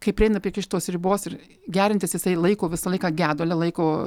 kai prieina prie iki šitos ribos ir geriantis jisai laiko visą laiką gedule laiko